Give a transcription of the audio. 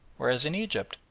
whereas in egypt,